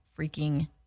freaking